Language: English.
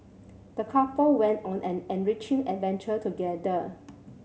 the couple went on an enriching adventure together